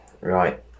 right